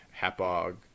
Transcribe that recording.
HAPOG